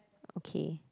okay